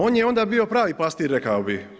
On je onda bio pravi pastir rekao bih.